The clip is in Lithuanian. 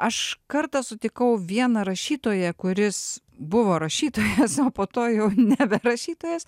aš kartą sutikau vieną rašytoją kuris buvo rašytojas o po to jau nebe rašytojas